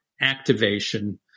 activation